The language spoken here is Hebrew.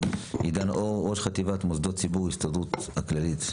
אור, ראש חטיבת מוסדות ציבור הסתדרות הכללית.